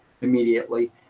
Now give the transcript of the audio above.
immediately